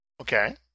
okay